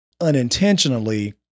unintentionally